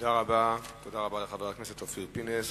תודה רבה לחבר הכנסת אופיר פינס.